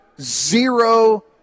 Zero